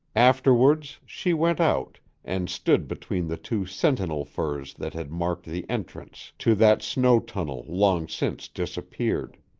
afterwards she went out and stood between the two sentinel firs that had marked the entrance to that snow-tunnel long since disappeared.